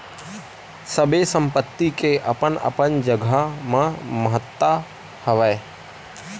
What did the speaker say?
सबे संपत्ति के अपन अपन जघा म महत्ता हवय